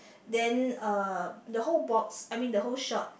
then uh the whole box I mean the whole shop